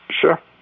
Sure